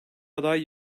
aday